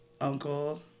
uncle